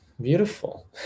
Beautiful